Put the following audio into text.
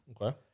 Okay